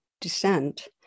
descent